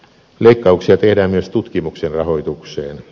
leikkauksia tehdään myös tutkimuksen rahoitukseen